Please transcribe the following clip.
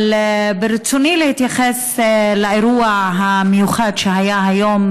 אבל ברצוני להתייחס לאירוע המיוחד שהיה היום,